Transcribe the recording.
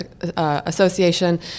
association